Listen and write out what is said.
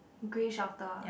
grey shorter ah